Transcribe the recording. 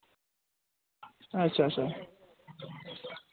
अच्छा अच्छा